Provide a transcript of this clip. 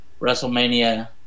WrestleMania